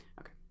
Okay